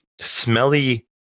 smelly